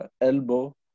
elbow